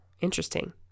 Interesting